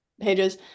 pages